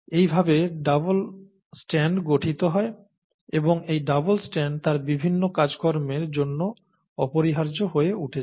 এইভাবে double strand গঠিত হয় এবং এই ডাবল স্ট্র্যান্ড তার বিভিন্ন কাজকর্মের জন্য অপরিহার্য হয়ে উঠেছে